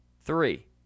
Three